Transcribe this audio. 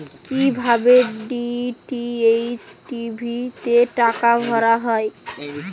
কি ভাবে DTH TV তে টাকা ভরা হয়?